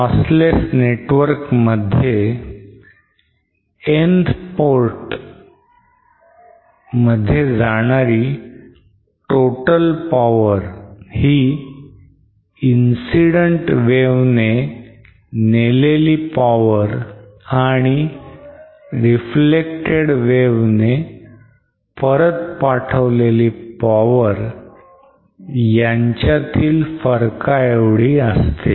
lossless network मध्ये nth port मध्ये जाणारी total power ही incident wave ने नेलेली power आणि reflected way ने परत पाठवलेली power यांच्यातल्या फरकाएवढी असते